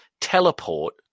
teleport